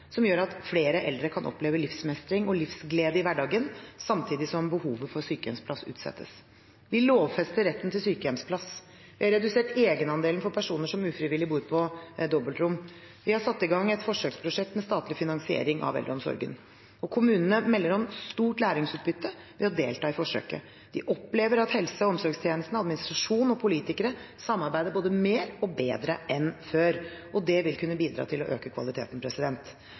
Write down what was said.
som gjør at flere eldre kan oppleve livsmestring og livsglede i hverdagen, samtidig som behovet for sykehjemsplass utsettes. Vi lovfester retten til sykehjemsplass. Vi har redusert egenandelen for personer som ufrivillig bor på dobbeltrom. Vi har satt i gang et forsøksprosjekt med statlig finansiering av eldreomsorgen. Kommunene melder om stort læringsutbytte ved å delta i forsøket. De opplever at helse- og omsorgstjenestene, administrasjonen og politikerne samarbeider både mer og bedre enn før. Det vil kunne bidra til å øke kvaliteten.